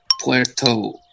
Puerto